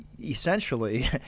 essentially